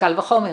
מקל וחומר.